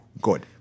good